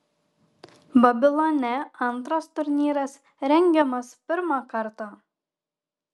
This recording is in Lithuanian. babilone ii turnyras rengiamas pirmą kartą